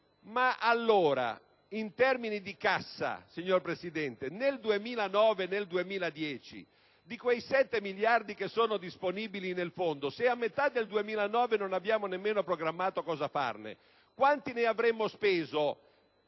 Ma allora, in termini di cassa, signor Presidente, nel 2009 e nel 2010 di quei 7 miliardi che sono disponibili nel Fondo se a metà del 2009 non abbiamo neanche programmato cosa farne, quanti ne avremmo spesi